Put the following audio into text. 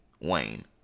Wayne